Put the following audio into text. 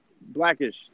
Blackish